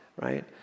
right